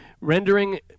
rendering